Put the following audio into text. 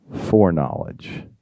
foreknowledge